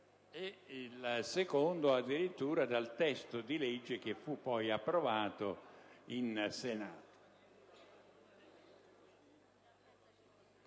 il secondo, addirittura il testo di legge che fu poi approvato in Senato.